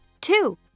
two